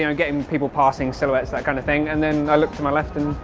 you know, getting people passing silhouettes that kind of thing and then i look to my left and